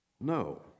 No